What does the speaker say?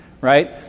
right